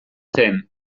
zen